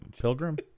Pilgrim